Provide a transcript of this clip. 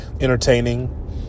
entertaining